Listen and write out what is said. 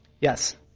Yes